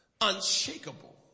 unshakable